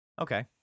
Okay